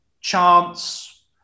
chance